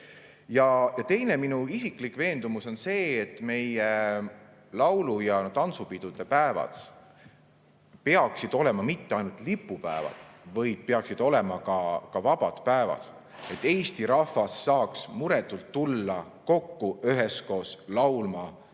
Ja teiseks, minu isiklik veendumus on see, et meie laulu‑ ja tantsupidude päevad peaksid olema mitte ainult lipupäevad, vaid peaksid olema ka vabad päevad, et Eesti rahvas saaks muretult tulla kokku üheskoos laulma ja